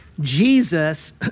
Jesus